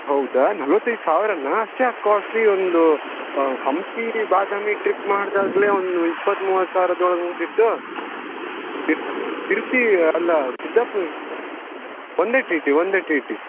ಹೌದಾ ನಲ್ವತೈದು ಸಾವಿರನಾ ಅಷ್ಟು ಯಾಕೆ ಕ್ವಾಸ್ಟ್ಲಿ ಒಂದು ಹಂಪಿ ಬಾದಾಮಿ ಟ್ರಿಪ್ ಮಾಡಿದಾಗ್ಲೇ ಒಂದು ಇಪ್ಪತ್ತು ಮೂವತ್ತು ಸಾವಿರದ ಒಳಗೆ ಮುಗಿದಿತ್ತು ಶಿರ್ಸಿ ಅಲ್ಲ ಸಿದ್ದಾಪುರ ಒಂದೇ ಟಿ ಟಿ ಒಂದೆ ಟಿ ಟಿ